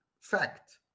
fact